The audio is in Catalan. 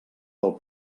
del